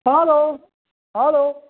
hello hello